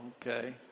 Okay